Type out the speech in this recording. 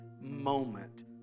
moment